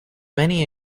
many